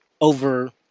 over